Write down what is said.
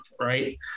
right